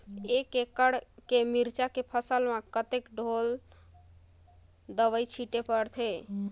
एक एकड़ के मिरचा के फसल म कतेक ढोल दवई छीचे पड़थे?